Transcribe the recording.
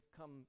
come